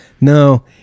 no